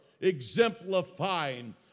exemplifying